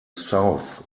south